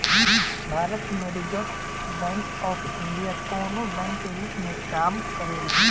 भारत में reserve bank of India कवनो bank के रूप में काम करेले